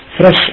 fresh